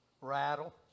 rattle